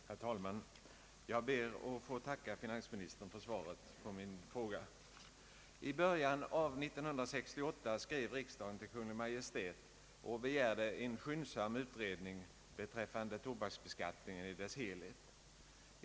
Herr talman! Jag ber att få tacka finansministern för svaret på min fråga. I början av 1968 skrev riksdagen till Kungl. Maj:t och begärde en skyndsam utredning beträffande tobaksbeskattningen i dess helhet.